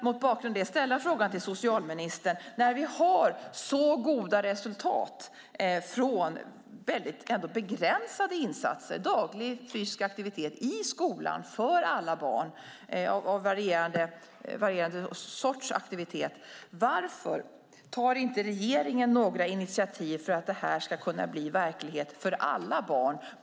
Mot bakgrund av det vill jag fråga socialministern: När vi har så goda resultat från ändå väldigt begränsade insatser, nämligen daglig fysisk aktivitet av varierande sort i skolan för alla barn, varför tar inte regeringen några initiativ för att detta ska kunna bli verklighet för alla barn?